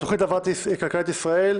(תשלום דמי לידה ליולדת בתקופת אבטלה),